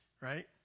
right